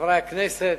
חברי הכנסת,